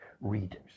readers